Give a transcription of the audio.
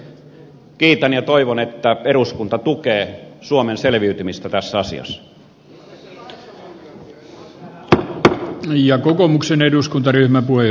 kiitän ja toivon että eduskunta tukee suomen selviytymistä tässä asiassa